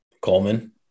Coleman